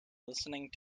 listening